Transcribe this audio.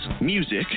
music